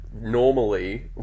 normally